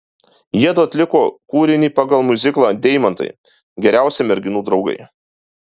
jiedu atliko kūrinį pagal miuziklą deimantai geriausi merginų draugai